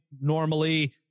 normally